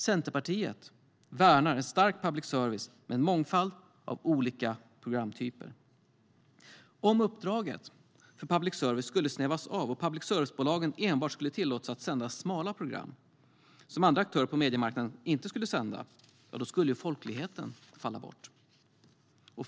Centerpartiet värnar en stark public service med en mångfald av olika programtyper. Om uppdraget för public service skulle snävas av och public service-bolagen enbart skulle tillåtas att sända smala program som andra aktörer på mediemarknaden inte sände, då skulle folkligheten falla bort.